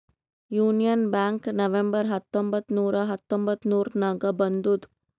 union Bank November ಹತ್ತೊಂಬತ್ತ್ ನೂರಾ ಹತೊಂಬತ್ತುರ್ನಾಗ್ ಬಂದುದ್